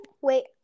Wait